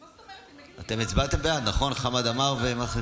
עם הלייזר, באמת, דברים שגברים לא מבינים בהם.